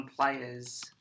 players